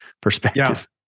perspective